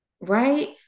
right